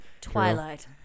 Twilight